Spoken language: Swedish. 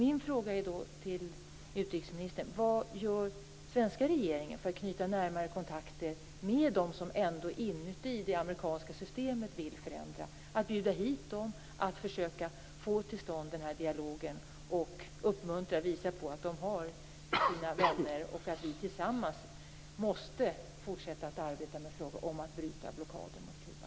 Min fråga till utrikesministern är då: Vad gör den svenska regeringen för att knyta närmare kontakter med dem i det amerikanska systemet som vill förändra? Man kan t.ex. bjuda hit dem och försöka få till stånd en dialog. Det skulle vara en uppmuntran att visa på att de har vänner här. Tillsammans måste vi fortsätta att arbeta med frågan om att bryta blockaden mot Kuba.